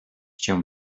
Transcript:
cię